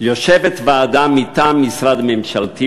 יושבת ועדה מטעם משרד ממשלתי,